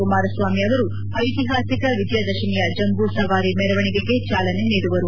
ಕುಮಾರಸ್ವಾಮಿ ಅವರು ಐತಿಹಾಸಿಕ ವಿಜಯದಶಮಿಯ ಜಂಬೂ ಸವಾರಿ ಮೆರವಣಿಗೆಗೆ ಚಾಲನೆ ನೀಡುವರು